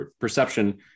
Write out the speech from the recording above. perception